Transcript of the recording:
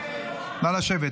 נא לשבת.